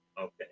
Okay